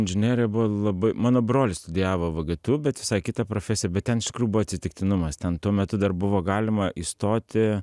inžinerija buvo labai mano brolis studijavo vgtu bet visai kitą profesiją bet ten iš tikrųjų buvo atsitiktinumas ten tuo metu dar buvo galima įstoti